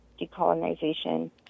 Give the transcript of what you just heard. decolonization